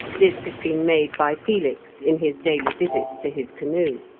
this had been made by felix in his daily visits to his canoe.